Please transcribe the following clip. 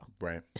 right